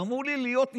מה זאת אומרת?